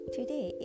Today